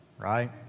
right